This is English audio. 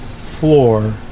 floor